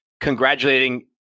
congratulating